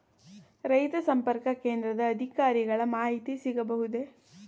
ರೈತ ಸಂಪರ್ಕ ಕೇಂದ್ರದ ಅಧಿಕಾರಿಗಳ ಮಾಹಿತಿ ಸಿಗಬಹುದೇ?